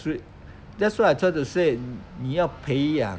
straight that's why I try to say 你要培养